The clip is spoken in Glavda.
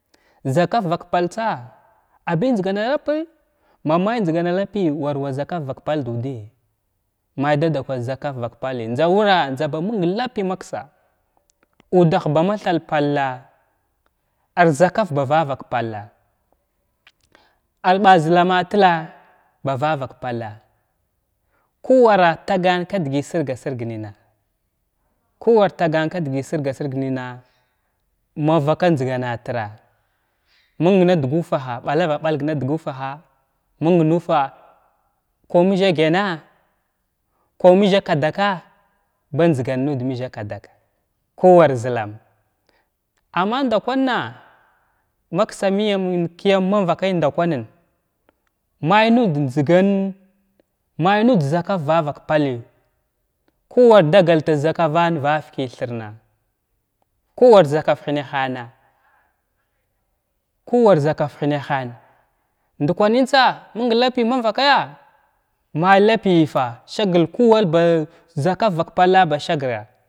Zakaf vak paltsa abi njzgana lapi ma may lapi war wa zakaf lapi ma may lapi war wa zakaf vak pal dudəy ma dada kwa zakaf vk palz njza wura njza baməng lapi maksa udah da ma thah palla ar zakaf ba vavak palla ar ɓa zəlamatla ba vavak palla kuwara tagan kdəgəy sirga-sirg nəna kuwar tagan kdəgət sirga-sirg məna ma vaka njzgana tirra məng na dguvfaha ɓatava ɓalga na dgufaba məng nu fa’a kwa ma’zza gyana’a kwa məzza kadak kuwa ʒalam amma nda kwana maksməyam kəyam mavakay ndakwanən may nuda njzgan may nud zakaf va vak palla kuwar dagal da zaka fan vavaki thurna kuwar zakaf hənahana kuwar zakaf hənahan ndakwanəntsa məng lapi ma vakaya may lapiyfa sagəl kuwar zakaf vak palla ba sagra.